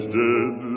dead